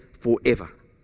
forever